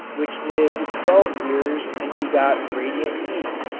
which lived twelve years and begot radium e,